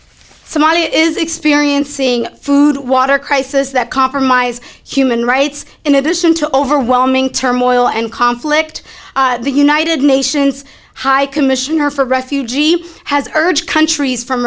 somalia is experiencing food water crisis that compromise human rights in addition to overwhelming turmoil and conflict the united nations high commissioner for refugees has urged countries from